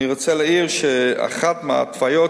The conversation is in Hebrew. אני רוצה להעיר שאחת מההתוויות